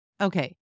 Okay